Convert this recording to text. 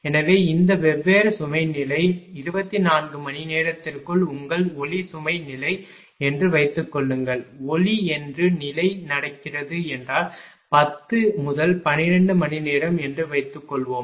எனவே இந்த வெவ்வேறு சுமை நிலை 24 மணி நேரத்திற்குள் உங்கள் ஒளி சுமை நிலை என்று வைத்துக்கொள்ளுங்கள் ஒளி ஏற்றும் நிலை நடக்கிறது என்றால் 10 முதல் 12 மணிநேரம் என்று வைத்துக்கொள்வோம்